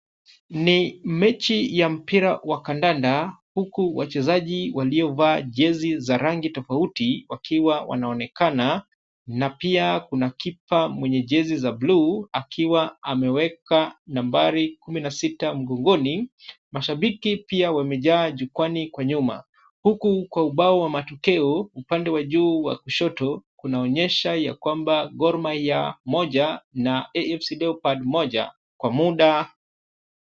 Ni mechi ya mpira wa kandanda huku wachezaji waliovaa jezi za rangi tofauti wakiwa wanaonekana, na pia kuna kipa mwenye jezi za bluu akiwa ameweka nambari kumi na sita mgongoni. Mashabiki pia wamejaa jukwaani kwa nyuma. Huku kwa ubao wa matokeo upande wa juu wa kushoto kunaonyesha ya kwamba Gor Mahia moja na AFC Leopard moja kwa muda.